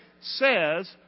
says